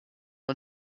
und